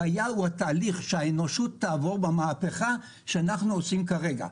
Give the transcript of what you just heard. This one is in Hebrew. הבעיה היא התהליך שהאנושות תעבור במהפכה שאנחנו עושים כרגע.